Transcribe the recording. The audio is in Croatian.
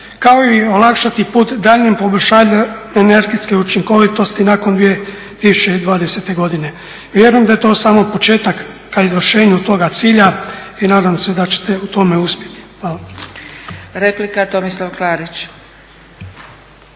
kao i olakšati put daljnjem poboljšanju energetske učinkovitosti nakon 2020. godine. Vjerujem da je to samo početak ka izvršenju toga cilja i nadam se da ćete u tome uspjeti. Hvala. **Zgrebec, Dragica